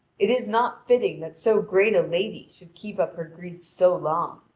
it is not fitting that so great a lady should keep up her grief so long.